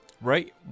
Right